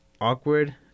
awkward